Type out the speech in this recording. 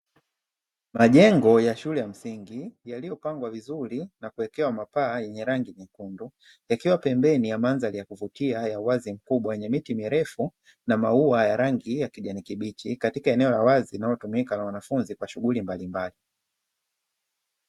Majengo ya shule ya msingi yaliyopangwa vizuri na kuwekewa mapaa yenye rangi nyekundu, yakiwa pembeni ya mandhari ya kuvutia ya uwazi mkubwa yenye miti mirefu na mauwa ya rangi ya kijani kibichi katika eneo la wazi linalotumika na wanafunzi katika shughuli mbalimbali.